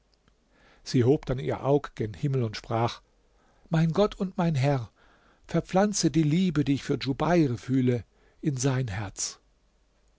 sie hob dann ihr aug gen himmel und sprach mein gott und mein herr verpflanze die liebe die ich für djubeir fühle in sein herz